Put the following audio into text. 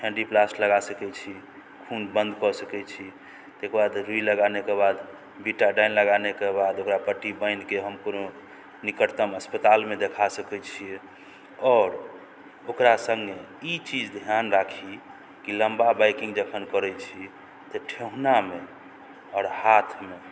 Handiplast लगा सकैत छी खून बन्द कऽ सकैत छी तेकर बाद रुइ लगेलाके बाद बीटा डाइन लगेलाके बाद ओकरा पट्टी बान्हि कऽ हम कोनो निकटतम अस्पतालमे देखा सकैत छियै आओर ओकरा सङ्गे ई चीज ध्यान राखी कि लम्बा बाइकिंग जखन करै छी तऽ ठेहुनामे आओर हाथमे